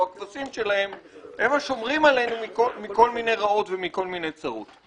או הכבשים שלהם הם השומרים עלינו מכל מיני רעות ומכל מיני צרות.